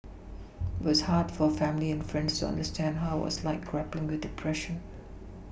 but it's hard for family and friends to understand how it was like grappling with depression